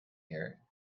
here